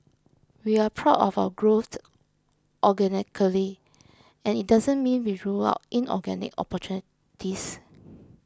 we're proud of our growth organically and it doesn't mean we rule out inorganic opportunities